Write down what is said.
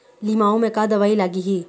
लिमाऊ मे का दवई लागिही?